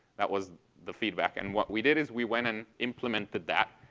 that was the feedback. and what we did is we went and implemented that.